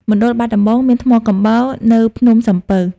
មណ្ឌលបាត់ដំបង មានថ្មកំបោរ នៅភ្នំសំពៅ។